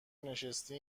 نشستی